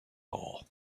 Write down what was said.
all